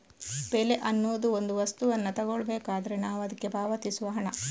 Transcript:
ಬೆಲೆ ಅನ್ನುದು ಒಂದು ವಸ್ತುವನ್ನ ತಗೊಳ್ಬೇಕಾದ್ರೆ ನಾವು ಅದ್ಕೆ ಪಾವತಿಸುವ ಹಣ